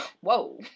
whoa